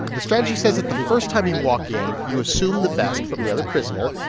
the strategy says that the first time you walk in, you assume the best from the other prisoner.